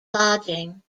lodging